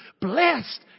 Blessed